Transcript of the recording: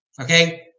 okay